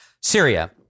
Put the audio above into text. Syria